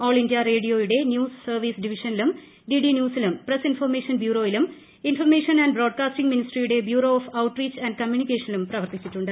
ആൾ ഇന്ത്യൂട്ട്റേഡിയോയുടെ news service ഡിവിഷനിലും DD ന്യൂസിലും പ്രസ്സ് ഇൻഫർമേഷൻ ബ്യൂറോയിലും ഇൻഫർമേഷൻ ആന്റ് ബ്രോഡ്കാസ്റ്റിംഗ് മിനിസ്ട്രിയുടെ bureau of outreach and കമ്മ്യൂണിക്കേഷനിലും പ്രവർത്തിച്ചിട്ടുണ്ട്